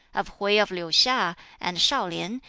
of hwui of liu-hia and shau-lien,